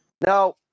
Now